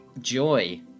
joy